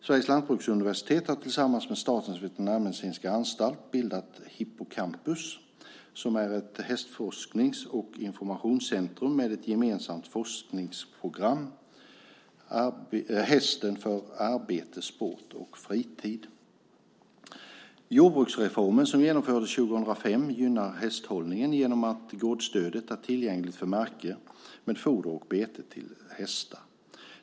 Sveriges lantbruksuniversitet har tillsammans med Statens veterinärmedicinska anstalt bildat Hippocampus, som är ett hästforsknings och informationscentrum med ett gemensamt forskningsprogram: Hästen för arbete, sport och fritid. Jordbruksreformen som genomfördes 2005 gynnar hästhållningen genom att gårdsstödet är tillgängligt för marker med foder och bete till hästar.